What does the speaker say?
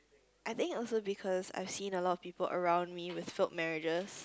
I think also because I seen a lot of people around me were so marriages